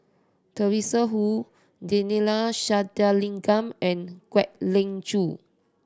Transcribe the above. Teresa Hsu Neila Sathyalingam and Kwek Leng Joo